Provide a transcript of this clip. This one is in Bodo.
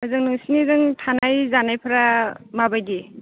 हजों नोंसिनिजों थानाय जानायफ्रा माबायदि